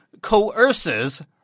coerces